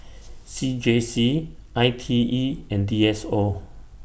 C J C I T E and D S O